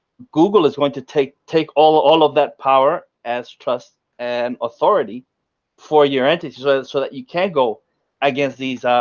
google is going to take take all all of that power, as trust and authority for your entity so that you can go against these,